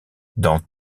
dans